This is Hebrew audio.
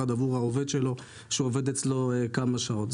עבור העובד שלו שעובד אצלו כמה שעות.